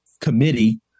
committee